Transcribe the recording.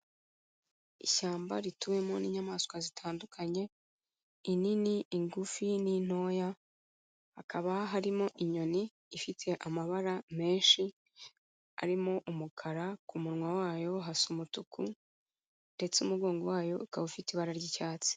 Ishyamba rituwemo n'inyamaswa zitandukanye inini, ingufi n'intoya, hakaba harimo inyoni ifite amabara menshi arimo umukara, ku munwa wayo hasa umutuku ndetse umugongo wayo ukaba ufite ibara ry'icyatsi.